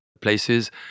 places